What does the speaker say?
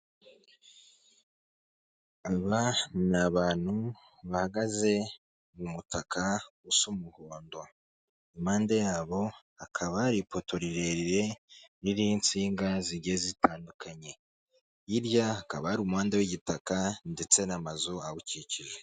Aba ni abantu bahagaze mu mutaka usa umuhondo, impande yabo hakaba hari ipoto rirerire ririho insinga zigiye zitandukanye, hirya hakaba hari umuhanda w'igitaka ndetse n'amazu awukikije.